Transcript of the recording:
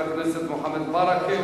חבר הכנסת מוחמד ברכה,